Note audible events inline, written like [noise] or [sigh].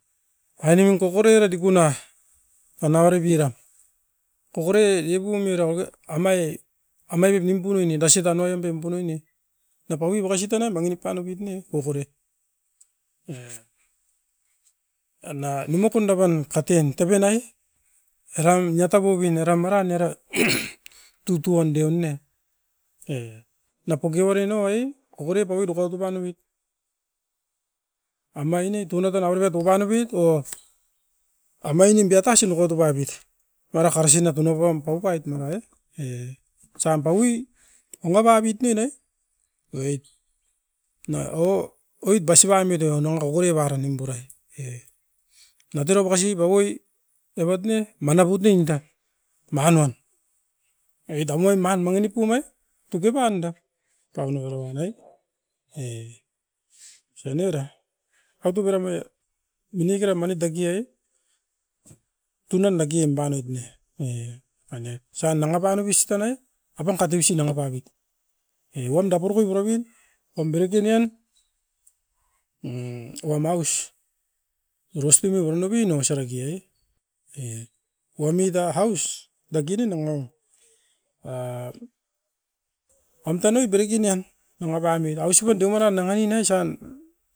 Ainemin kokore era dikuna, tana uare biran, kokore iabu mirau oge amai-amai pep nimpu noini dasit anoim pem pu noini. Na paui makasi tanan mangi nip pan oupit ne, kokore e na nima kunda ven katen, taven ai? Eran ia tabubin eram eran era [coughs] tutuon deu'o ne, e na poki uaren na uai okore paui dokaut oupan ouit. Amain e tunatan avere tupanemit o, amainim biatasin okait opabit mara karasi na tunabiom paupait mara e. E osan paui, unababit nio ne oit na o oit basibai mitoi ono okori baran nimpurai. E natero bakasi ba oi evat ne manaput ne inta, manuan. Oit a muain man mangi nip punoi? Tuke pan da. Tauno oro ban'ai, e osan eira, autu baram noi minikera manit daki ai, tunan dakim banoit ne,e maniat osan nanga pan oupis tanai apan katu'isi nanga pauit. E wan da porokoi purapin omberokin uan mm wam aus irostim e bunobin no osa reki ai. E wamit a haus dakiri nanga'u, a amtan oi beriki nian nanga panui ausipan deomaran nanga ni na osan,